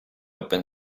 open